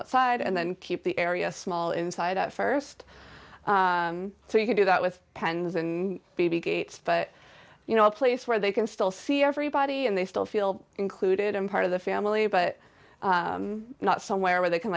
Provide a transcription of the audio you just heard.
outside and then keep the area small inside at st so you can do that with pens and baby gates but you know a place where they can still see everybody and they still feel included and part of the family but not somewhere where they can